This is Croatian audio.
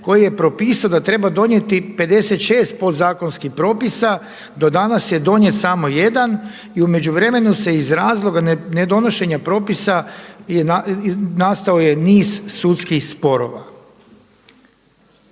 koji je propisao da treba donijeti 56 podzakonskih propisa. Do danas je donijet samo jedan i u međuvremenu se iz razloga nedonošenja propisa nastao je niz sudskih sporova.